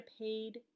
paid